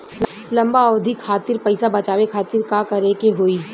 लंबा अवधि खातिर पैसा बचावे खातिर का करे के होयी?